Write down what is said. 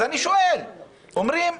אז אני שואל, אומרים: